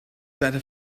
better